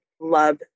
love